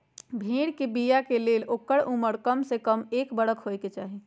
भेड़ कें बियाय के लेल ओकर उमर कमसे कम एक बरख होयके चाही